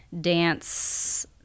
dance